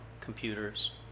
computers